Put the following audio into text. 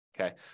Okay